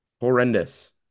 Horrendous